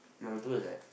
number two is there